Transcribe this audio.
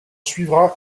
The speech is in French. suivra